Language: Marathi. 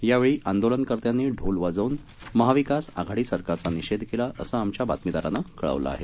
यावेळी आंदोलनकत्यांनी ढोल वाजवून महाविकास आघाडी सरकारचा निषेध केला असं आमच्या बातमीदारानं कळवलं आहे